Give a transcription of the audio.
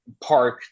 park